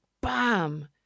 bam